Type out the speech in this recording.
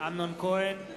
אמנון כהן,